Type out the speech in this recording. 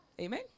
Amen